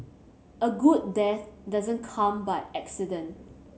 a good death doesn't come by accident